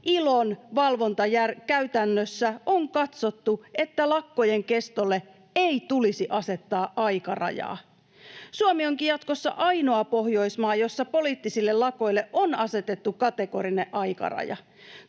ILOn valvontakäytännössä on katsottu, että lakkojen kestolle ei tulisi asettaa aikarajaa. Suomi onkin jatkossa ainoa Pohjoismaa, jossa poliittisille lakoille on asetettu kategorinen aikaraja.